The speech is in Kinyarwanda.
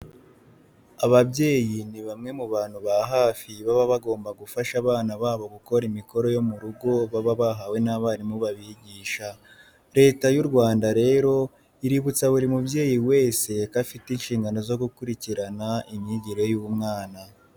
Ababyeyi ni bamwe mu bantu ba hafi baba bagomba gufasha abana babo gukora imikora yo mu rugo baba bahawe n'abarimu babigisha. Leta y'u Rwanda rero iributsa buri mubyeyi wese ko afite inshingano zo gukurikirana imyigire y'umwana.